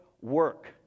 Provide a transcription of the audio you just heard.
work